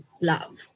love